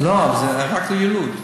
לא, זה רק ליילוד.